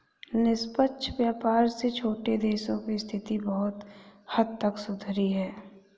निष्पक्ष व्यापार से छोटे देशों की स्थिति बहुत हद तक सुधरी है